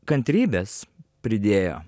kantrybės pridėjo